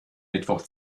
mittwoch